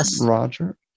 Roger